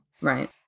Right